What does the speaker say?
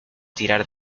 tirar